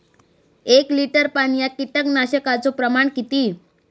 एक लिटर पाणयात कीटकनाशकाचो प्रमाण किती?